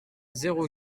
zéro